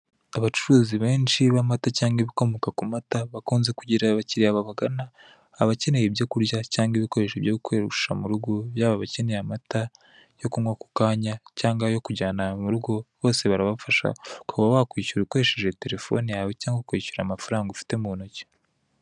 Abacuruzi benshi b'amata cyangwa ibikomoka ku mata bakunze kugira anakiriya babagana abakeneye ibyo kurya cyangwa ibikoresho byo gukoresha mu rugo, yaba abakeneye amata yo kunywa ako kanya cyangwa ayo kujyana mu rugo bose barabafasha ukaba wakwishyura ukoresheje terefone yawe cyangwa ukishyura amafaranga ufite mu ntoki.